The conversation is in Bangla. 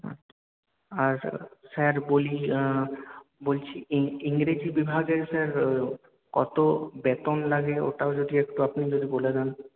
আচ্ছা আর স্যার বলছি ইংরেজি বিভাগে স্যার কত বেতন লাগে ওটাও যদি আপনি একটু বলে দেন